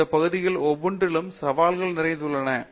மூர்த்தி இந்த பகுதிகளில் ஒவ்வொன்றிலும் சவால்கள் நிறைய உள்ளன